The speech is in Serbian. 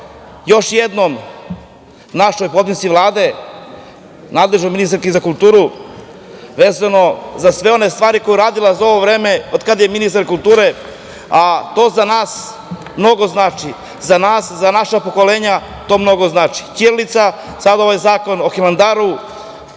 još jednom našoj potpredsednici Vlade, nadležnoj ministarki za kulturu, vezano za sve one stvari koje je uradila za ovo vreme od kada je ministar kulture, a to za nas mnogo znači, za nas, za naša pokolenja, to mnogo znači. Ćirilica, sada ovaj zakon o Hilandaru.